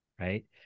right